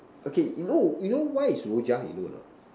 okay you know you know why is Rojak you know or not